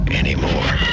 anymore